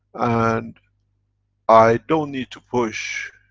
and i don't need to push,